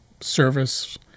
service